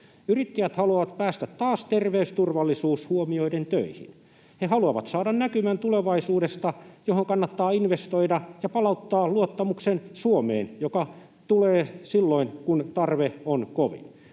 Yrittäjät haluavat päästä taas terveysturvallisuus huomioiden töihin. He haluavat saada näkymän tulevaisuudesta, johon kannattaa investoida, ja palauttaa luottamuksen Suomeen, joka tulee apuun silloin kun tarve on kovin.